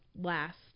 last